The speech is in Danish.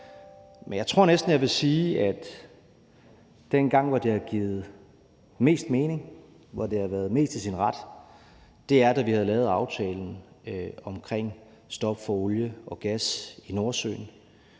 men jeg tror næsten, jeg vil sige, at den gang, hvor det har givet mest mening, og hvor det har været mest i sin ret, var, da vi lavede aftalen omkring stop for olie og gas i Nordsøen